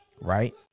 right